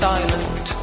Silent